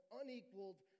unequaled